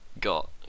got